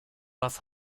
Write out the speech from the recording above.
was